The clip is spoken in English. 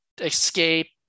escape